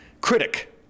critic